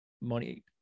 money